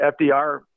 FDR